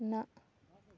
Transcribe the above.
نہَ